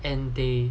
and they